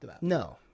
No